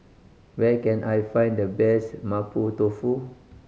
where can I find the best Mapo Tofu